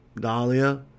Dahlia